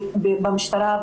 במשטרה,